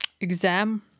exam